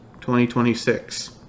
2026